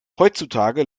heutzutage